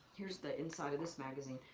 here's the inside of this magazine,